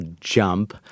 jump